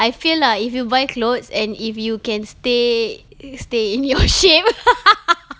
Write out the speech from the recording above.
I feel lah if you buy clothes and if you can stay stay in your shape